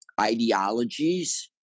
ideologies